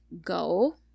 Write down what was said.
go